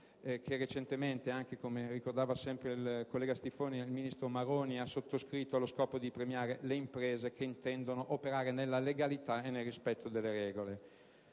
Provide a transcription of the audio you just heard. che recentemente (come ricordato dal collega Stiffoni) il ministro Maroni ha sottoscritto allo scopo di premiare le imprese che intendono operare nella legalità e nel rispetto delle regole.